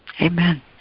Amen